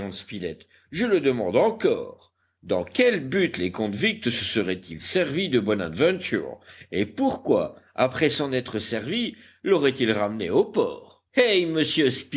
spilett je le demande encore dans quel but les convicts se seraient-ils servis du bonadventure et pourquoi après s'en être servis lauraient ils ramené au port eh monsieur